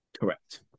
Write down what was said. Correct